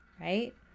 right